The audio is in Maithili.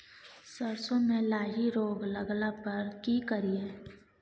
सरसो मे लाही रोग लगला पर की करिये?